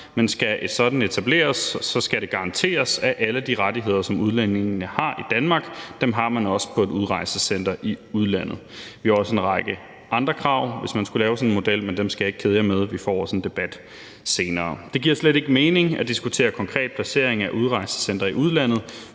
men skal et sådant etableres, skal det garanteres, at alle de rettigheder, som udlændingene har i Danmark, har de også på et udrejsecenter i udlandet. Vi har også en række andre krav, hvis man skulle lave sådan en model, men dem skal jeg ikke kede jer med, for vi får også en debat om det senere. Det giver slet ikke mening at diskutere en konkret placering af udrejsecentre i udlandet,